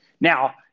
Now